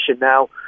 Now